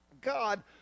God